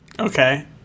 Okay